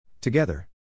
Together